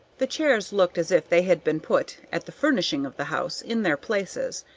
the chairs looked as if they had been put, at the furnishing of the house, in their places,